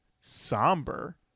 somber